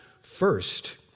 first